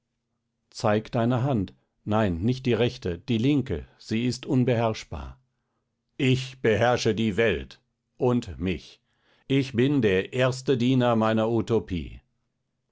zeig deine hand nein nicht die rechte die linke sie ist unbeherrschbar ich beherrsche die welt und mich ich bin der erste diener meiner utopie